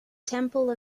temple